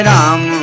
Ram